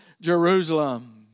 Jerusalem